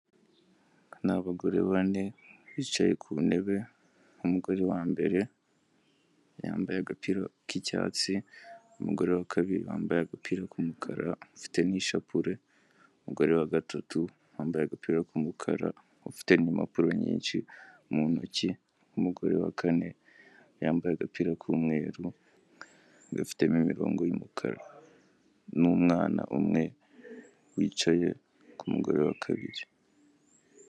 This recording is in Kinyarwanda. Abagore bane bicaye ku ntebe umugore wambere yambaye agapira k'icyatsi n'umugore wa kabiri wambaye agapira k'umukara ufite n'ishapule umugore wa gatatu wambaye agapira k'umukara ufite' impapuro nyinshi mu ntoki umugore wa kane wambaye agapira k'umweru gafitemo imirongo y'umukara n'umwana umwe wicaye ku mugore wa kabiri.